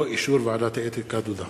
לחצתי גם אצל כבל.